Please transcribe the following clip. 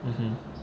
mmhmm